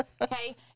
okay